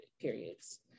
periods